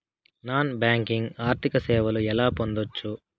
Non banking ఆర్థిక సేవలు ఎలా పొందొచ్చు?